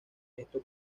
esto